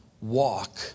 walk